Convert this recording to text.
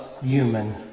human